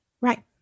Right